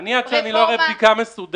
אני ראיתי בעצמי מכונות כאלה.